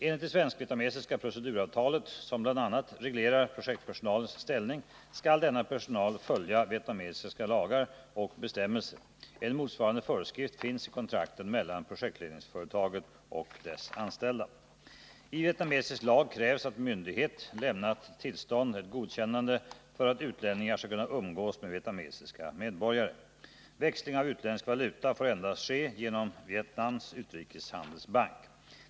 Enligt det svensk-vietnamesiska proceduravtalet, som bl.a. reglerar projektpersonalens ställning, skall denna personal följa vietnamesiska lagar och bestämmelser. En motsvarande föreskrift finns i kontrakten mellan projektledningsföretaget och dess anställda. I vietnamesisk lag krävs att myndighet lämnat tillstånd eller godkännande för att utlänningar skall kunna umgås med vietnamesiska medborgare. Växling av utländsk valuta får endast ske genom Vietnams utrikeshandelsbank.